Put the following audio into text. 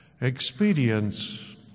Expedience